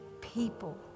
people